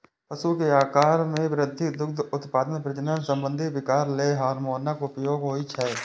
पशु के आाकार मे वृद्धि, दुग्ध उत्पादन, प्रजनन संबंधी विकार लेल हार्मोनक उपयोग होइ छै